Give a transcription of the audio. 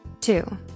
Two